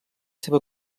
seva